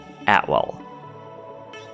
Atwell